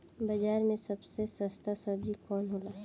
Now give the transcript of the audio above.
बाजार मे सबसे सस्ता सबजी कौन होला?